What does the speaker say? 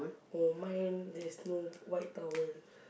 oh mine there's no white towel